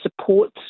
supports